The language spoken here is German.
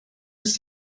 ist